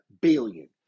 billion